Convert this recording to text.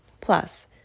Plus